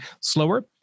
slower